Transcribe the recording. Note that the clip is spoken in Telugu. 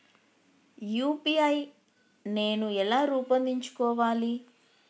యూ.పీ.ఐ నేను ఎలా రూపొందించుకోవాలి?